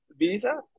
visa